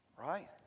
Right